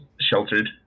sheltered